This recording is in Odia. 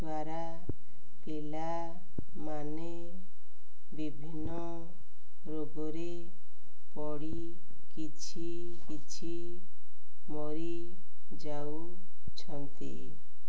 ଦ୍ୱାରା ପିଲାମାନେ ବିଭିନ୍ନ ରୋଗରେ ପଡ଼ି କିଛି କିଛି ମରି ଯାଉଛନ୍ତି